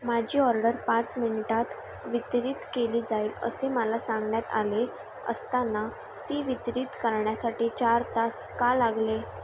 माझी ऑर्डर पाच मिनिटांत वितरित केली जाईल असे मला सांगण्यात आले असताना ती वितरित करण्यासाठी चार तास का लागले